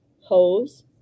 hose